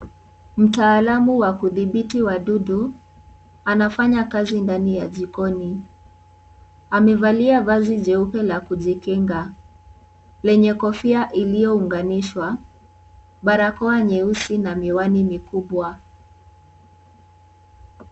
Mtaalamu wa kudhibiti wadudu anafanya kazi ndani ya jikoni amevalia vazi jeupe la kujikinga lenye kofia iliounganishwa, barako nyeusi na miwani mikubwa.